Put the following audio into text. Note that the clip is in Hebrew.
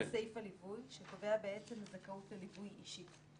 אני מדברת על סעיף הליווי שקובע זכאות לליווי אישי.